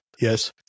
Yes